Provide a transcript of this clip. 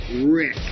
Rick